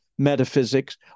metaphysics